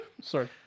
Sorry